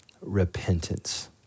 repentance